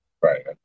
Right